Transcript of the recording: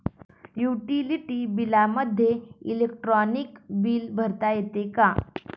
Utility बिलामध्ये electronic bill भरता येते का?